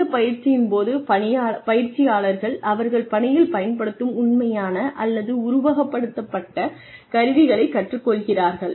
இந்த பயிற்சியின் போது பயிற்சியாளர்கள் அவர்கள் பணியில் பயன்படுத்தும் உண்மையான அல்லது உருவகப்படுத்தப்பட்ட கருவிகளைக் கற்றுக்கொள்கிறார்கள்